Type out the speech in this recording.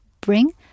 bring